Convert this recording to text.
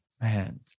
Man